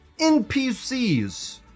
NPCs